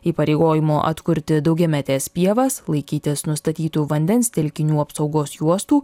įpareigojimo atkurti daugiametes pievas laikytis nustatytų vandens telkinių apsaugos juostų